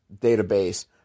database